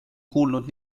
kuulnud